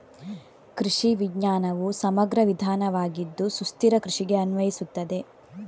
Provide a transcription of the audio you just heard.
ಕೃಷಿ ವಿಜ್ಞಾನವು ಸಮಗ್ರ ವಿಧಾನವಾಗಿದ್ದು ಸುಸ್ಥಿರ ಕೃಷಿಗೆ ಅನ್ವಯಿಸುತ್ತದೆ